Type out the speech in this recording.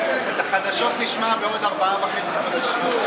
את החדשות נשמע בעוד ארבעה חודשים וחצי.